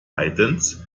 heides